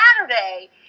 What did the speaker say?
Saturday